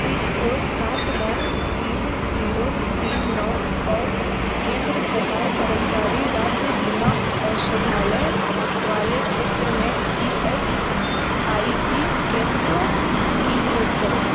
pin code सात नौ तीन जीरो तीन नौ और केंद्र प्रकार कर्मचारी राज्य बीमा औषधालय वाले क्षेत्र में ई एस आई सी केंद्रों की खोज करें